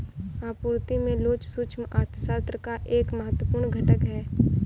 आपूर्ति में लोच सूक्ष्म अर्थशास्त्र का एक महत्वपूर्ण घटक है